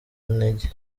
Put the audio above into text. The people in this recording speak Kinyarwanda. ntege